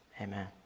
Amen